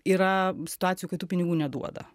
yra situacijų kai tų pinigų neduoda